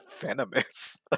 venomous